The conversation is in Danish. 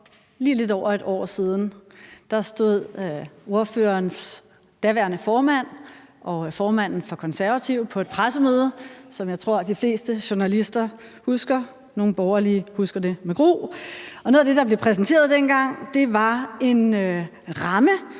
lige lidt over et år siden stod ordførerens daværende formand og formanden for Konservative på et pressemøde, som jeg tror de fleste journalister husker, nogle borgerlige husker det med gru, og noget af det, der blev præsenteret dengang, var en ramme